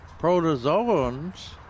protozoans